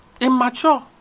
immature